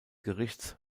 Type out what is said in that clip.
gerichts